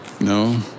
No